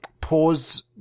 pause